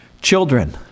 Children